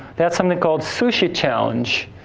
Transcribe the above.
they had something called sushi challenge,